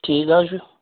ٹھیٖکھ حظ چھُ